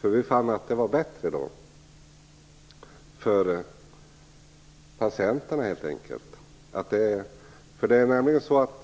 Vi fann helt enkelt att det var bättre för patienterna.